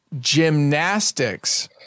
gymnastics